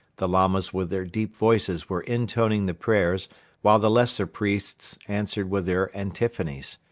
the lamas with their deep voices were intoning the prayers while the lesser priests answered with their antiphonies.